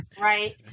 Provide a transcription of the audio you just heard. right